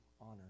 honor